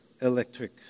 electric